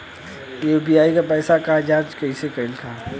UPI के पैसा क जांच कइसे करब?